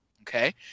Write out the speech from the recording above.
okay